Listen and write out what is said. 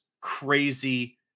crazy